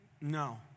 No